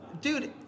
dude